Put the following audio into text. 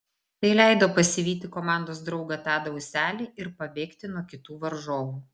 tai leido pasivyti komandos draugą tadą ūselį ir pabėgti nuo kitų varžovų